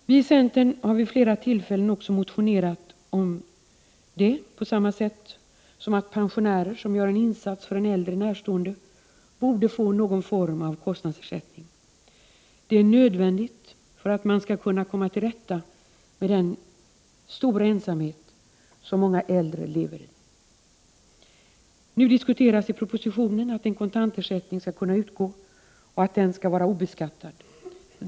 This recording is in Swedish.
Vi i centern har vid flera tillfällen motionerat om det, på samma sätt som pensionärer som gör en insats för en äldre närstående borde få någon form av kostnadsersättning. Det är nödvändigt för att komma till rätta med den stora ensamhet som många äldre lever i. Nu diskuteras i propositionen att en kontantersättning skall kunna utgå och att den skall vara obeskattad.